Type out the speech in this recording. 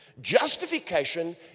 Justification